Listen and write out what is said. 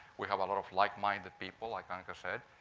we have a lot of like minded people, like anka said,